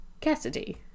Cassidy